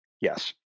Yes